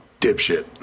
dipshit